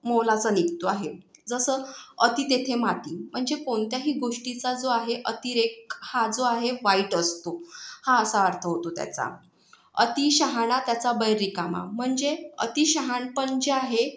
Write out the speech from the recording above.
मोलाचा निघतो आहे जसं अति तेथे माती म्हणजे कोणत्याही गोष्टीचा जो आहे अतिरेक हा जो आहे वाईट असतो हा असा अर्थ होतो त्याचा अति शहाणा त्याचा बैल रिकामा म्हणजे अतिशहाणपण जे आहे